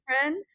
friends